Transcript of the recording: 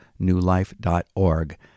newlife.org